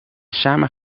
samen